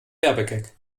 werbegag